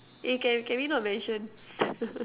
eh can can we not mention